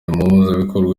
umuhuzabikorwa